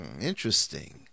interesting